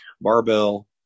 barbell